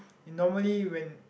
you normally when